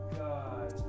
god